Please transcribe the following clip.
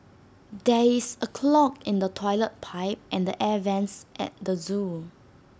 there is A clog in the Toilet Pipe and air Vents at the Zoo